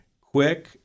quick